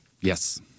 Yes